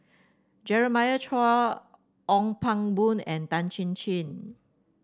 Jeremiah Choy Ong Pang Boon and Tan Chin Chin